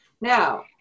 Now